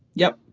yeah.